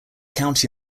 county